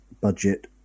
budget